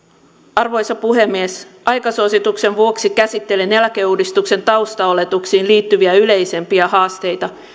arvoisa puhemies aikasuosituksen vuoksi käsittelen eläkeuudistuksen taustaoletuksiin liittyviä yleisempiä haasteita